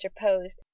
interposed